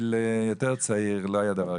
הייתי בוועדת